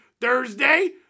Thursday